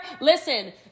Listen